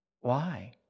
Why